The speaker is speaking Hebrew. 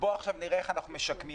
ובואו עכשיו נראה איך אנחנו משקמים.